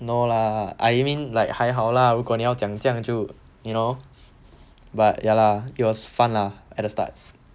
no lah I mean like 还好 lah 如果你要讲这样就 you know but ya lah it was fun lah at the start